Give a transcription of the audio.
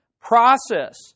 process